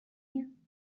you